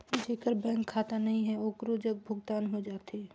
जेकर बैंक खाता नहीं है ओकरो जग भुगतान हो जाथे?